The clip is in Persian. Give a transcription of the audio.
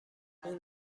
اون